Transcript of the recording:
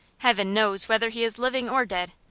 heaven knows whether he is living or dead,